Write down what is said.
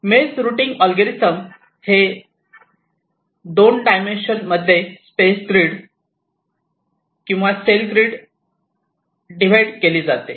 maze routing algorithm मध्ये 2 dimensional space grid किंवा cell मध्ये डिव्हाइड केली जाते